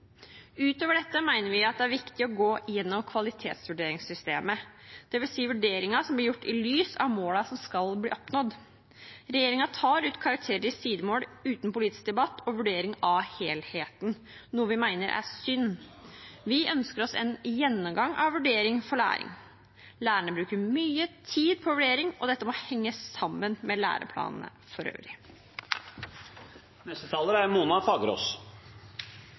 Utover dette mener vi det er viktig å gå gjennom kvalitetsvurderingssystemet, dvs. vurderingen som blir gjort i lys av målene som skal bli oppnådd. Regjeringen tar ut karakterer i sidemål uten politisk debatt og vurdering av helheten, noe vi mener er synd. Vi ønsker oss en gjennomgang av vurdering for læring. Lærerne bruker mye tid på vurdering, og dette må henge sammen med læreplanene for